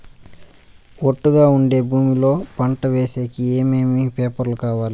ఒట్టుగా ఉండే భూమి లో పంట వేసేకి ఏమేమి పేపర్లు కావాలి?